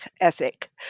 ethic